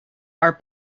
are